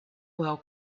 well